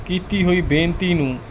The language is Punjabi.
ਕੀਤੀ ਹੋਈ ਬੇਨਤੀ ਨੂੰ